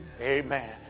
Amen